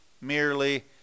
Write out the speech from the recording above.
merely